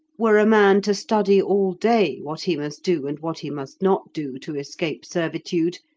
were a man to study all day what he must do, and what he must not do, to escape servitude,